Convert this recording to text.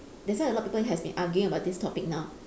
that's why a lot of people have been arguing about this topic now